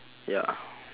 ya